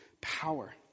power